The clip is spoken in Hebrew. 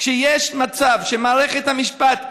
כשיש מצב שמערכת המשפט,